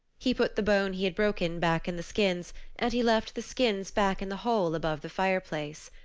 he put the bone he had broken back in the skins and he left the skins back in the hole above the fireplace.